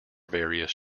various